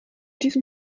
diesem